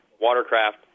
watercraft